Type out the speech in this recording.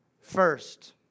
first